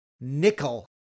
nickel